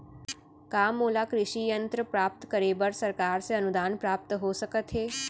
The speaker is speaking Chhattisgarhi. का मोला कृषि यंत्र प्राप्त करे बर सरकार से अनुदान प्राप्त हो सकत हे?